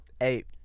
eight